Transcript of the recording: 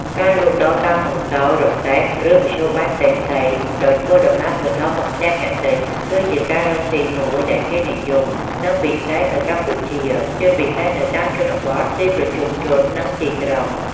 ការលក់ដូរតាមម៉ូតូ រទេះ ឬមធ្យោបាយផ្សេងៗ ដោយធ្វើដំណើរទៅដល់មុខផ្ទះអ្នកទិញ គឺជាការរកស៊ីមួយដែលគេនិយម និងពិសេសនៅកម្ពុជា ជាពិសេសនៅតាមជនបទ ទីប្រជុំជន និងជាយក្រុង។